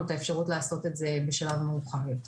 את האפשרות לעשות את זה בשלב מאוחר יותר.